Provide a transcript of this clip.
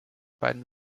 beiden